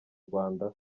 rwanda